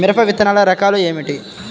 మిరప విత్తనాల రకాలు ఏమిటి?